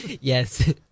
yes